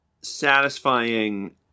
satisfying